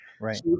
Right